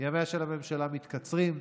ימיה של הממשלה מתקצרים,